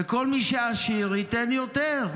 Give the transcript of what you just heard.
וכל מי שעשיר, ייתן יותר.